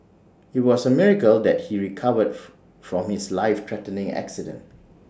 IT was A miracle that he recovered from his life threatening accident